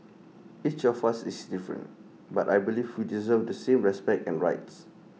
each of us is different but I believe we deserve the same respect and rights